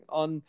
on